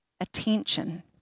attention